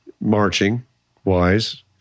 marching-wise